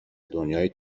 دنیای